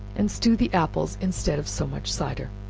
and stew the apples instead of so much cider.